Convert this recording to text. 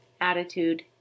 Attitude